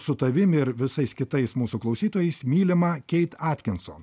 su tavim ir visais kitais mūsų klausytojais mylimą keit atkinson